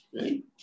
right